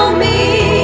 me.